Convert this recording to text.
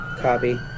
Copy